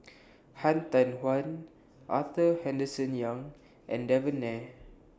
Han Tan Huan Arthur Henderson Young and Devan Nair